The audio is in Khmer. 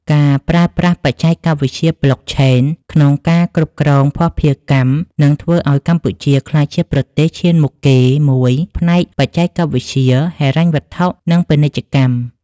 ការប្រើប្រាស់បច្ចេកវិទ្យា Blockchain ក្នុងការគ្រប់គ្រងភស្តុភារកម្ម នឹងធ្វើឱ្យកម្ពុជាក្លាយជាប្រទេសឈានមុខគេមួយផ្នែកបច្ចេកវិទ្យាហិរញ្ញវត្ថុ និងពាណិជ្ជកម្ម។